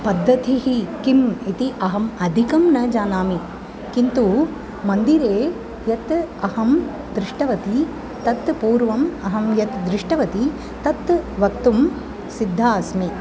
पद्धतिः किम् इति अहम् अधिकं न जानामि किन्तु मन्दिरे यत् अहं दृष्टवती तत् पूर्वम् अहं यत् दृष्टवती तत् वक्तुं सिद्धा अस्मि